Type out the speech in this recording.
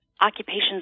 occupations